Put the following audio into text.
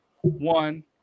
one